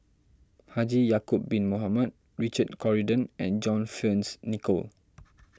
Haji Ya'Acob Bin Mohamed Richard Corridon and John Fearns Nicoll